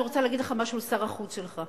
אני רוצה להגיד לך משהו על שר החוץ שלך.